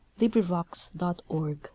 LibriVox.org